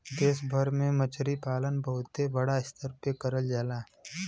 देश भर में मछरी पालन बहुते बड़ा स्तर पे करल जाला